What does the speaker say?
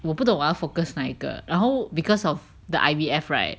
我不懂我要 focused 哪一个然后 because of the I_V_F right